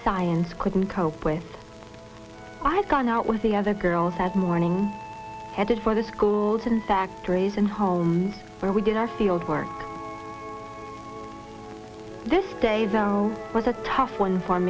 science couldn't cope with i had gone out with the other girls that morning headed for the schools and factories and home where we did our field work this day though was a tough one for